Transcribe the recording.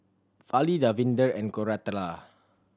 Fali Davinder and Koratala